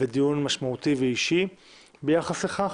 דיון משמעותי ואישי ביחס לכך.